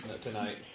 tonight